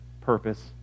purpose